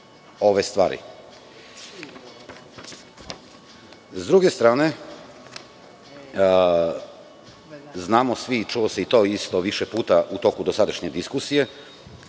ove stvari. Sa druge strane, znamo svi i to se čulo više puta u toku dosadašnje diskusije